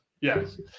Yes